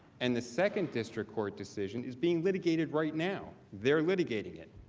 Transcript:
and the second district court decision is being litigated right now, they are litigating it.